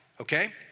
Okay